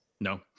No